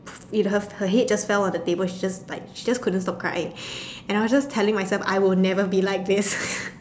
it her her head just fell on the table she just like she just couldn't stop crying and I was just telling myself I will never be like this